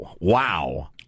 Wow